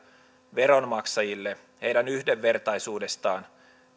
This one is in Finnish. veronmaksajille heidän yhdenvertaisuudestaan